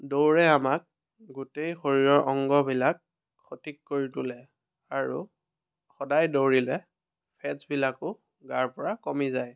দৌৰে আমাক গোটেই শৰীৰৰ অংগবিলাক সঠিক কৰি তোলে আৰু সদায় দৌৰিলে ফেটছ্বিলাকো গাৰ পৰা কমি যায়